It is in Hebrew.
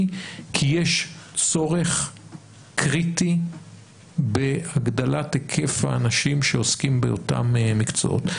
כי יש צורך קריטי בהגדלת היקף האנשים שעוסקים באותם מקצועות.